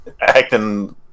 acting